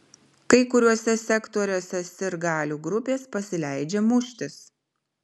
kai kuriuose sektoriuose sirgalių grupės pasileidžia muštis